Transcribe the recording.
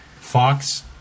Fox